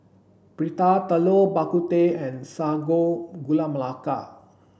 Prata Telur Bak Kut Teh and Sago Gula Melaka